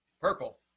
purple